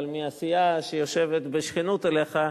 אבל מהסיעה שיושבת בשכנות אליך,